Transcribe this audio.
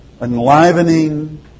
Enlivening